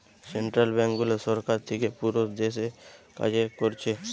central ব্যাংকগুলো সরকার থিকে পুরো দেশে কাজ কোরছে